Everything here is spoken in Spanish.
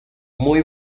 muy